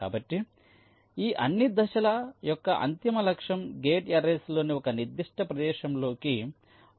కాబట్టి ఈ అన్ని దశల యొక్క అంతిమ లక్ష్యం గేట్ అర్రేస్లోని ఒక నిర్దిష్ట ప్రదేశంలోకి ఒక గేట్ను ట్రయల్ చేయడం